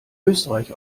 österreich